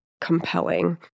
compelling